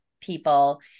people